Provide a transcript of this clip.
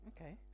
Okay